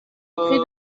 écrit